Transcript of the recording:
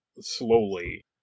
slowly